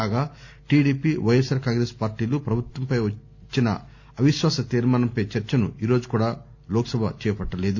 కాగా TDP YSR కాంగ్రెస్పార్టీలు పభుత్వంపై ఇచ్చిన అవిశ్వాస తీర్మానంపై చర్చను ఈరోజు కూడా లోక్సభ చేపట్లలేదు